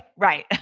right